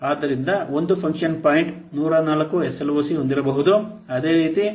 ಆದ್ದರಿಂದ 1 function point 104 SLOC ಹೊಂದಿರಬಹುದು